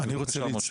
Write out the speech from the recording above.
בבקשה.